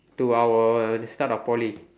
to our the start of Poly